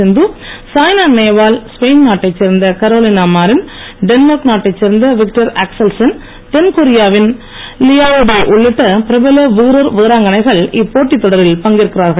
சிந்து Saina Nehwal Spain நாட்டை சேர்ந்த Carolina Marin Denmark நாட்டை சேர்ந்த விக்டர் ஆக்சல்சென் தென்கொரியாவின் லி யாங் டே உள்ளிட்ட பிரபல வீரர் வீராங்கனைகள் இப்போட்டித் தொடரில் பங்கேற்கிறார்கள்